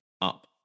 up